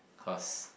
because